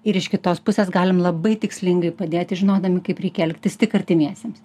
ir iš kitos pusės galim labai tikslingai padėti žinodami kaip reikia elgtis tik artimiesiems